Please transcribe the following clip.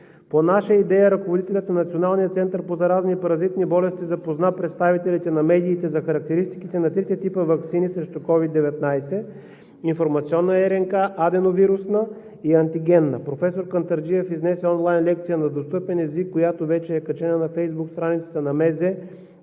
По наша идея ръководителят на Националния център по заразни и паразитни болести запозна представителите на медиите за характеристиките на трите типа ваксини срещу COVID-19, информационна РНК, аденовирусна и антигенна. Професор Кантарджиев изнесе онлайн лекция на достъпен език, която вече е качена на Фейсбук страницата на